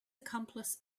accomplice